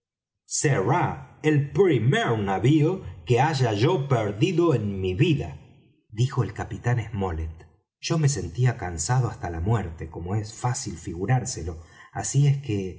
será el primer navío que haya yo perdido en mi vida dijo el capitán smollet yo me sentía cansado hasta la muerte como es fácil figurárselo así es que